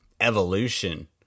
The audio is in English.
evolution